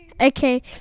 Okay